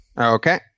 okay